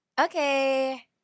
Okay